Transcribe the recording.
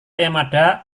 yamada